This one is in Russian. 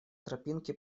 тропинке